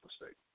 mistake